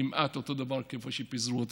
כמעט אותו הדבר כפי שפיזרו אותה.